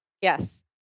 yes